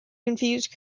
confuse